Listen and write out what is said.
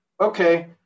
okay